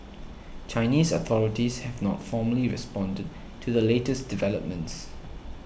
Chinese authorities have not formally responded to the latest developments